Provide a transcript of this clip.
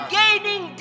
gaining